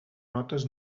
notes